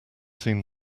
seen